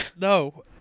No